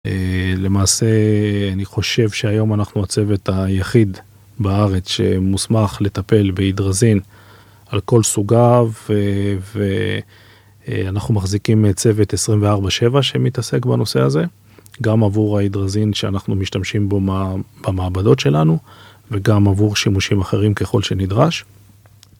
למעשה, אני חושב שהיום אנחנו הצוות היחיד בארץ שמוסמך לטפל בהדרזין על כל סוגיו ואנחנו מחזיקים צוות 24/7 שמתעסק בנושא הזה, גם עבור ההדרזין שאנחנו משתמשים בו במעבדות שלנו וגם עבור שימושים אחרים ככל שנדרש